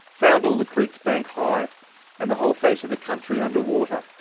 found all the creeks bank high and the whole face of the country under water.